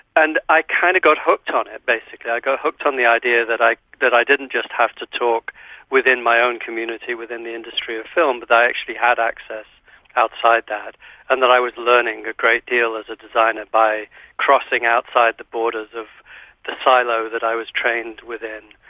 and i kind of got hooked on it basically, i got hooked on the idea that i that i didn't just have to talk within my own community within the industry of film, but i actually had access outside that and that i was learning a great deal as a designer by crossing outside the borders of the silo that i was trained within.